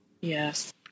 Yes